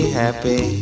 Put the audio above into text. happy